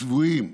הצבועים.